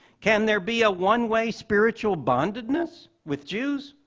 can there be a one way spiritual bondedness with jews,